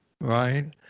right